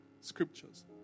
scriptures